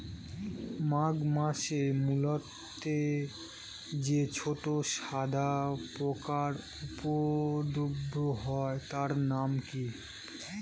মাঘ মাসে মূলোতে যে ছোট সাদা পোকার উপদ্রব হয় তার নাম কি?